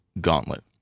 gauntlet